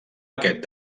aquest